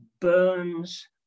burns